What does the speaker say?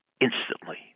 instantly